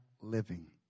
living